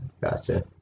Gotcha